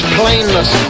plainness